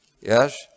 yes